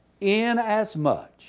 inasmuch